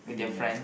mm yeah